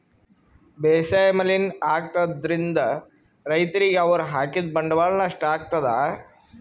ಬೇಸಾಯ್ ಮಲಿನ್ ಆಗ್ತದ್ರಿನ್ದ್ ರೈತರಿಗ್ ಅವ್ರ್ ಹಾಕಿದ್ ಬಂಡವಾಳ್ ನಷ್ಟ್ ಆಗ್ತದಾ